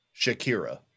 Shakira